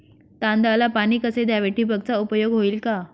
तांदळाला पाणी कसे द्यावे? ठिबकचा उपयोग होईल का?